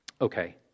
Okay